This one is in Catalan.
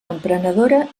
emprenedora